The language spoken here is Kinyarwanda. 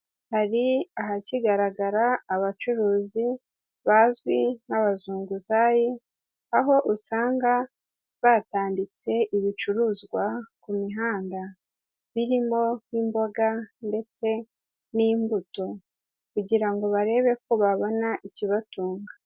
Hari ahakigaragara abacuruzi bazwi nk'abazunguzayi, aho usanga batanditse ibicuruzwa ku mihanda, birimo nk'imboga ndetse n'imbuto kugira ngo barebe ko babona ikibatunga.